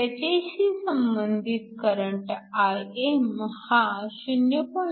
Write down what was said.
त्याचेशी संबंधित current Im हा 0